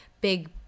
big